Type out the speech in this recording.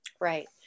Right